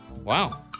Wow